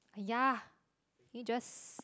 !aiya! can you just